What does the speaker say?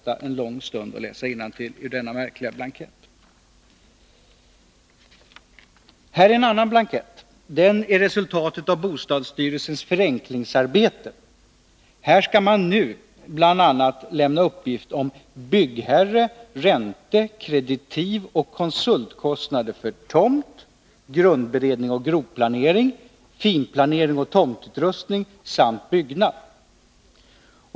Jag har här en annan blankett. Den är resultatet av bostadsstyrelsens förenklingsarbete. Här skall nu bl.a. lämnas uppgift om byggherre-, ränte-, kreditivoch konsultkostnader för tomt, grundberedning och grovplanering, finplanering och tomtutrustning samt byggnad.